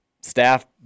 staff